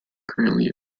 currently